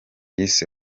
yise